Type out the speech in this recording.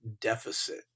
deficit